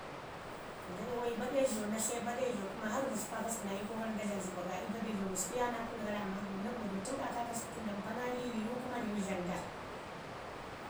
Nda iyawa yu i baɗejo, na tla i baɗejo kuma har gusku kaakasku na iiko gara nda dlam, zəba ga baɗejo, gusku ya naa kunu gara amma na godetən ga i kaakasku tən da mpa naa iyu ii riiwu kuma riwu dlamu do